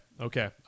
okay